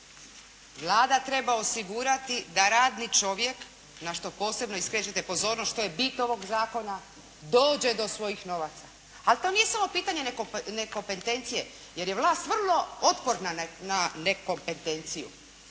Vlada treba osigurati da radni čovjek na što posebno i skrećete pozornost što je i bit ovog zakona dođe do svojih novaca ali to nije samo pitanje nekompetencije jer je vlast vrlo otporna na nekompetenciju